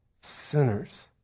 sinners